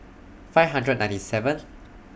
five hundred ninety seven